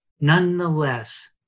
Nonetheless